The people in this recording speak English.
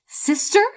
Sister